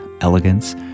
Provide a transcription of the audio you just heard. elegance